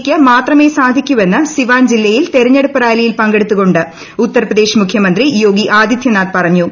ക്ക് മാത്രമേ സാധിക്കൂ എന്ന് സിവാൻ ജില്ലയിൽ തെരഞ്ഞെടുപ്പ് റാലിയിൽ പങ്കെടുത്തുകൊണ്ട് ഉത്തർ പ്രദേശ്ശ് മുഖ്യമന്ത്രി യോഗി ആദിത്യനാഥ് പറഞ്ഞു